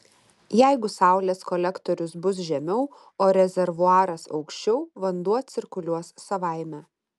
jeigu saulės kolektorius bus žemiau o rezervuaras aukščiau vanduo cirkuliuos savaime